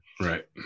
Right